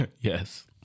Yes